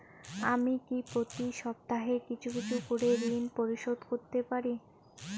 আমি কি প্রতি সপ্তাহে কিছু কিছু করে ঋন পরিশোধ করতে পারি?